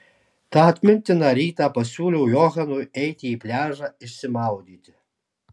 tą atmintiną rytą pasiūliau johanui eiti į pliažą išsimaudyti